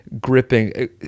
gripping